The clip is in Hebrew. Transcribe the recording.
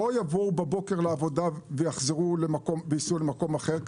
שלא יבואו בבוקר לעבודה ויסעו למקום אחר,